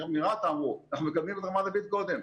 נציג רת"א, אנחנו מקדמים את רמת דוד קודם.